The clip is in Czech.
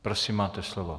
Prosím, máte slovo.